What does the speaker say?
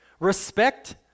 respect